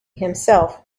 himself